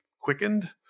quickened